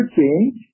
change